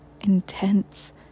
intense